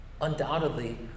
Undoubtedly